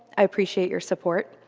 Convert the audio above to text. i appreciate your support.